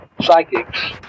psychics